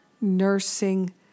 nursing